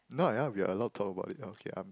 we are allowed to talk about it okay um